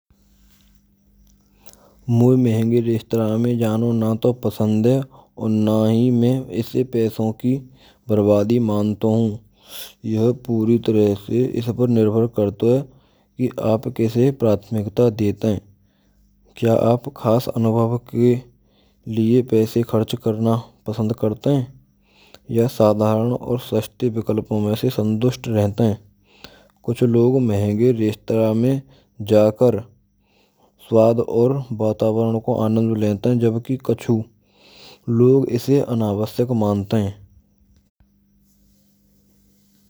Moye mahange restaro mein jaano na to pasand hai. Aur na hi main ise paise kee barbaadee maanta hoon. Yaah pooree tarah se is par nirbhar karato hai. Ki aap kaise praathamik deit hain. Kya aap khaas anubhav ke lie paise kharch karana pasand karate hain. Ya saadharan aur srshti vikaas mein se santusht rahate hain. Kuchh log mahange restro mein jaakar svaad aur vatavaran ko aanand let hai. Jabake kachhu log ise anavashyak maante hain.